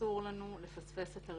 שאסור לנו לפספס את הרצידיביסטים.